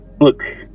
look